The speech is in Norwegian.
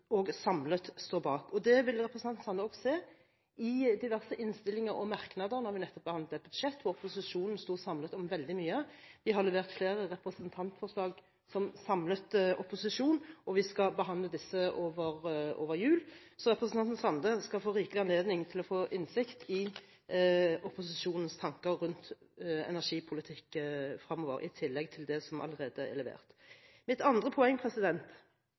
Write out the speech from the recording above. også samlet står bak. Det vil representanten Sande også se i diverse innstillinger og merknader. Vi har nettopp behandlet et budsjett hvor opposisjonen sto samlet om veldig mye. Vi har levert flere representantforslag som samlet opposisjon, og vi skal behandle disse over jul. Representanten Sande skal få rikelig anledning til å få innsikt i opposisjonens tanker rundt energipolitikk fremover, i tillegg til det som allerede er levert. Mitt andre poeng: